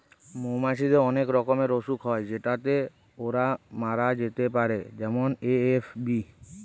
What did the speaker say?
মৌমাছিদের অনেক রকমের অসুখ হয় যেটাতে ওরা মরে যেতে পারে যেমন এ.এফ.বি